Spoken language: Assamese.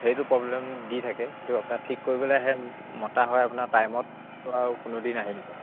সেইটো প্ৰব্লেম দি থাকে কিন্তু আপোনাৰ ঠিক কৰিবলেহে মতা হয় আপোনাৰ টাইমত আৰু কোনোদিন আহি নেপায়